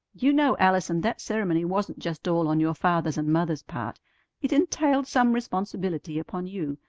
you know, allison, that ceremony wasn't just all on your father's and mother's part it entailed some responsibility upon you.